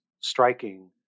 striking